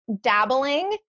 dabbling